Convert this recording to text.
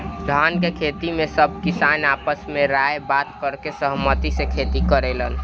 धान के खेती में सब किसान आपस में राय बात करके सहमती से खेती करेलेन